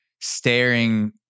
staring